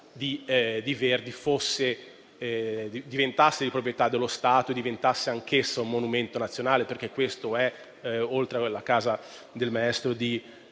di Verdi diventasse di proprietà dello Stato e diventasse anch'essa un monumento nazionale: perché questo è, oltre ad essere la casa del maestro